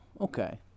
Okay